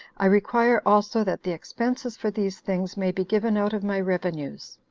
i require also that the expenses for these things may be given out of my revenues.